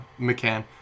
McCann